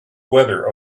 weather